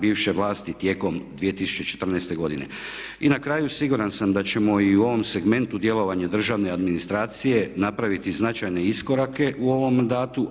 bivše vlasti tijekom 2014. godine. I na kraju siguran sam da ćemo i u ovom segmentu djelovanja državne administracije napraviti značajne iskorake u ovom mandatu,